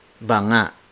Banga